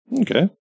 Okay